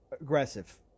aggressive